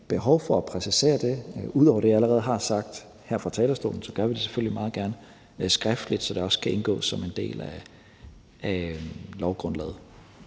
behov for at præcisere det ud over det, jeg allerede har sagt her fra talerstolen, gør vi det selvfølgelig meget gerne skriftligt, så det også kan indgå som en del af lovgrundlaget.